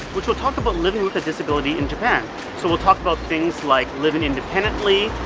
which will talk about living with a disability in japan so we'll talk about things like living independently,